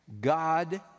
God